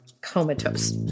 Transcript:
comatose